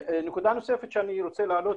נקודה נוספת שאני רוצה להעלות,